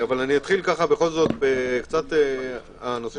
אתחיל בנושא